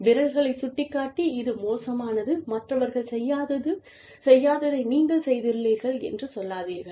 விரல்களைச் சுட்டிக்காட்டி இது மோசமானது மற்றவர்கள் செய்யாததை நீங்கள் செய்துள்ளீர்கள் என்று சொல்லாதீர்கள்